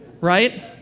Right